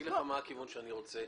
אגיד לך מה הכיוון שאני רוצה.